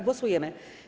Głosujemy.